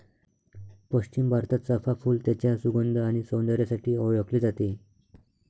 पश्चिम भारतात, चाफ़ा फूल त्याच्या सुगंध आणि सौंदर्यासाठी ओळखले जाते